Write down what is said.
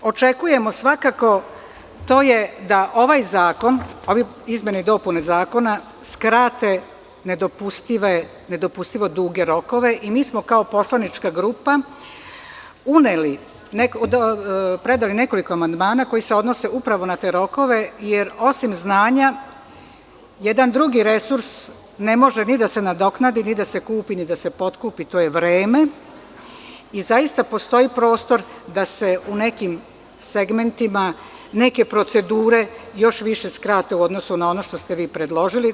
Ono što očekujemo svakako je da ovaj zakon, ove izmene i dopune zakona skrate nedopustivo duge rokove i mi smo kao poslanička grupa uneli, predali nekoliko amandmana koji se odnose upravo na te rokove jer osim znanja jedan drugi resurs ne može ni da se nadoknadi ni da se kupi, ni da se potkupi, a to je vreme i zaista postoji prostor da se u nekim segmentima neke procedure još više skrate u odnosu na ono što ste vi predložili.